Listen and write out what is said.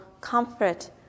comfort